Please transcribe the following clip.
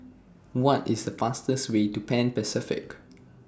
What IS The fastest Way to Pan Pacific